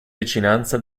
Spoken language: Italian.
vicinanza